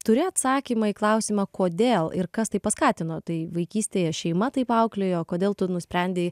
turi atsakymą į klausimą kodėl ir kas tai paskatino tai vaikystėje šeima taip paauklėjo kodėl tu nusprendei